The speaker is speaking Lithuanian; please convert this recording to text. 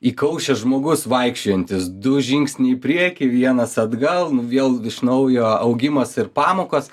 įkaušęs žmogus vaikščiojantis du žingsniai į priekį vienas atgal nu vėl iš naujo augimas ir pamokos